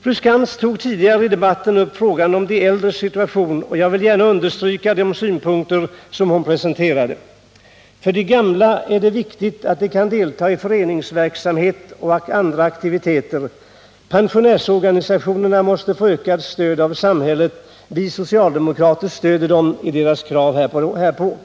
Fru Skantz tog tidigare i debatten upp frågan om de äldres situation. Jag vill gärna understryka de synpunkter som hon presenterade. För de gamla är det viktigt att de kan delta i föreningsverksamhet och andra aktiviteter. Pensionärsorganisationerna måste få ökat stöd av samhället. Vi socialdemokrater stöder dem i deras krav härpå.